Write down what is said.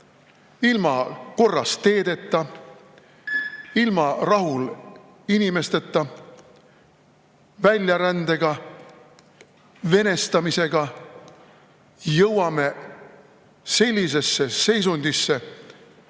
ilma korras teedeta, ilma rahul inimesteta. Väljarändega, venestamisega jõuame sellisesse seisundisse,